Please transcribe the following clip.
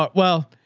but well,